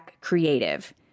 Creative